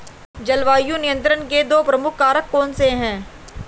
जलवायु नियंत्रण के दो प्रमुख कारक कौन से हैं?